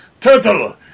turtle